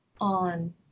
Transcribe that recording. on